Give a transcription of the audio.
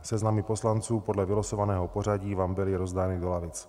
Seznamy poslanců podle vylosovaného pořadí vám byly rozdány do lavic.